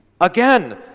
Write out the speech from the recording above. Again